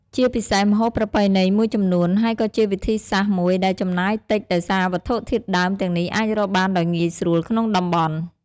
ជាពិសេសម្ហូបប្រពៃណីមួយចំនួន ហើយក៏ជាវិធីសាស្ត្រមួយដែលចំណាយតិច ដោយសារវត្ថុធាតុដើមទាំងនេះអាចរកបានដោយងាយស្រួលក្នុងតំបន់។